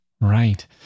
right